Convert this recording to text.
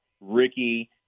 Ricky